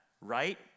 right